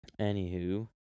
Anywho